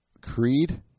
Creed